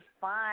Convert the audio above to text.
fine